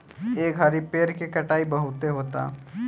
ए घड़ी पेड़ के कटाई बहुते होता